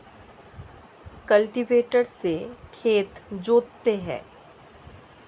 cultivator से खेत जोतते हैं